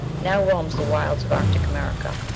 now roams the wilds of arctic america.